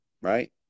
right